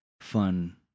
fun